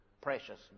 precious